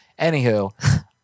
Anywho